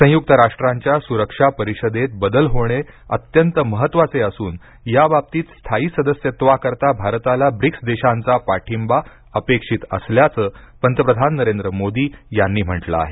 संयुक्त राष्ट्रांच्या सुरक्षा परिषदेत बदल होणे अत्यंत महत्त्वाचे असून याबाबतीत स्थायी सदस्यत्वाकरता भारताला ब्रिक्स देशांचा पाठिंबा अपेक्षित असल्याचं पंतप्रधान नरेंद्र मोदी यांनी म्हटलं आहे